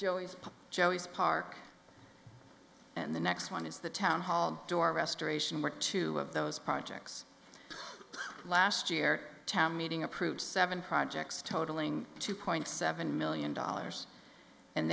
and joey's park and the next one is the town hall door restoration were two of those projects last year town meeting approved seven projects totaling two point seven million dollars and